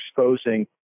exposing